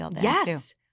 Yes